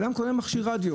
כולל במכשיר רדיו